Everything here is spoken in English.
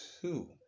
two